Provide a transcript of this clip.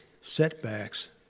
setbacks